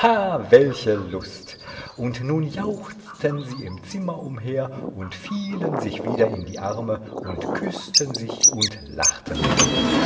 welche lust und nun jauchzten sie im zimmer umher und fielen sich wieder in die arme und küßten sich und lachten